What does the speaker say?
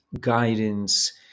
guidance